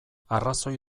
arrazoi